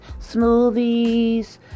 smoothies